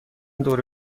دور